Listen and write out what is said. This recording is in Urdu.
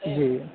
جی